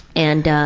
and ah.